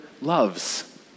loves